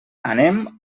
anem